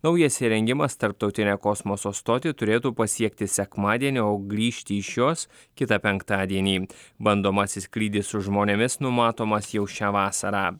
naujas įrengimas tarptautinę kosmoso stotį turėtų pasiekti sekmadienį o grįžti iš jos kitą penktadienį bandomasis skrydis su žmonėmis numatomas jau šią vasarą